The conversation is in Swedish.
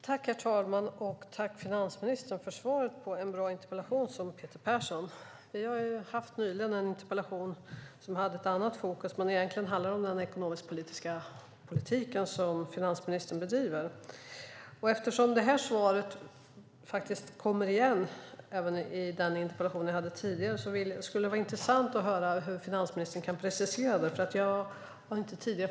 Herr talman! Tack, finansministern, för svaret på en bra interpellation från Peter Persson. Vi har ju nyligen debatterat en interpellation som hade ett annat fokus, men egentligen handlade om den ekonomiska politik som finansministern bedriver. Eftersom liknande svar fanns med även i den tidigare interpellationen skulle det vara intressant om finansministern kunde precisera sig.